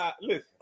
Listen